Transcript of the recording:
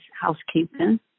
housekeeping